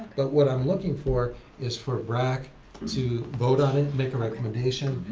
but what i'm looking for is for brac to vote on it, make a recommendation.